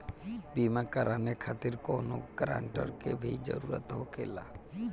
बीमा कराने खातिर कौनो ग्रानटर के भी जरूरत होखे ला?